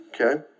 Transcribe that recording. Okay